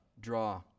draw